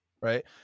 Right